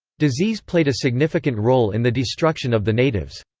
disease played a significant role in the destruction of the natives.